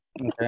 Okay